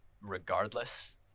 regardless